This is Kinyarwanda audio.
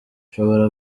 ushobora